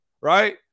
right